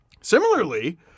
similarly